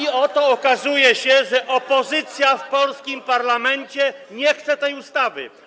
I oto okazuje się, że opozycja w polskim parlamencie nie chce tej ustawy.